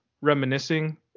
reminiscing